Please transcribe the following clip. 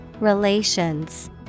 Relations